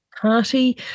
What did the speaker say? party